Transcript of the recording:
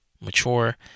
Mature